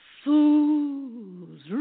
fools